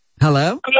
Hello